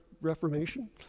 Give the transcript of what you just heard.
Reformation